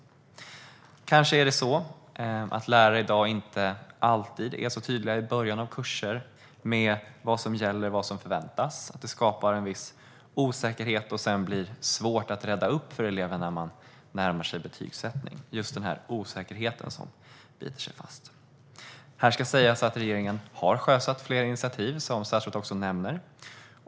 Kanske är lärare i dag inte alltid i början av kurser så tydliga med vad som gäller och vad som förväntas. Detta skapar en osäkerhet som biter sig fast, och det blir sedan svårt att rädda upp för eleverna när betygssättningen närmar sig. Här ska sägas att regeringen har sjösatt flera initiativ, som statsrådet också nämner.